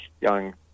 young